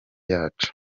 yacu